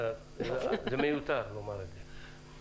זה מיותר לומר את זה.